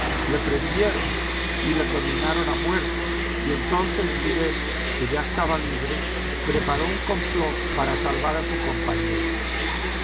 le prendieron y le condenaron a muerte y entonces oudet que ya estaba libre preparó un complot para salvar a su compañero